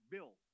Bill